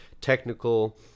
technical